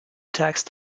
tax